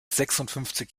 sechsundfünfzig